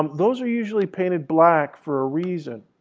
those are usually painted black for a reason.